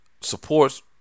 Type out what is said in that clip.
supports